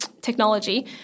technology